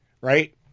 right